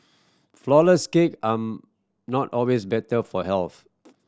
flourless cake are not always better for health